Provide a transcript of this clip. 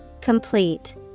Complete